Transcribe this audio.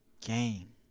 game